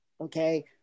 okay